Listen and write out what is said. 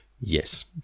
Yes